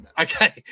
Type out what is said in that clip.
Okay